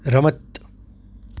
રમત